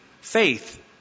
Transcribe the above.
faith